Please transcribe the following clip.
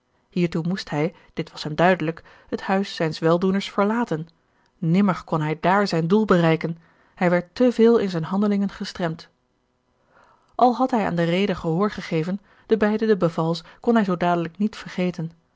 hiertoe moest hij dit was hem duidelijk het huis zijns weldoeners verlaten nimmer kon hij dààr zijn doel bereiken hij werd te veel in zijne handelingen gestremd al had hij aan de rede gehoor gegeven de beide de bevals kon hij zoo dadelijk niet vergeten